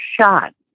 shot